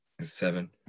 Seven